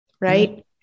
Right